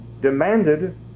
demanded